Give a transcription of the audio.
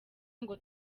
ngo